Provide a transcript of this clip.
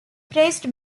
praised